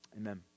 Amen